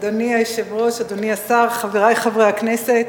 אדוני היושב-ראש, אדוני השר, חברי חברי הכנסת,